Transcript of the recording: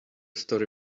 story